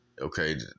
okay